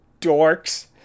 dorks